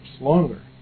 longer